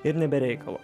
ir ne be reikalo